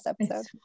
episode